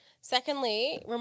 Secondly